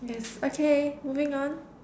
yes okay moving on